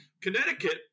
Connecticut